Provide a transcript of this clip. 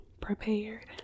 prepared